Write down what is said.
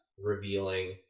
revealing